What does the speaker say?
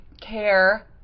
care